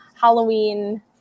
Halloween